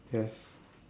yes